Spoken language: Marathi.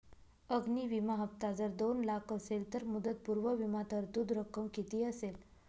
अग्नि विमा हफ्ता जर दोन लाख असेल तर मुदतपूर्व विमा तरतूद रक्कम किती असेल?